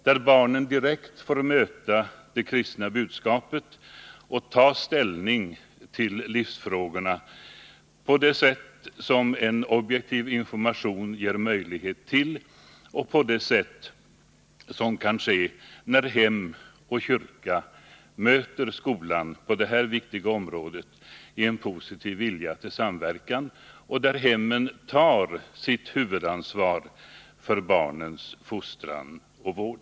Där får barnen direkt möta det kristna budskapet och ta ställning till livsfrågorna på det sätt som en objektiv information ger möjlighet till och på det sätt som kan ske när hem och kyrka möter skolan på detta viktiga område i en positiv vilja till samverkan, och där hemmen tar sitt huvudansvar för barnens fostran och vård.